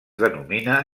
denomina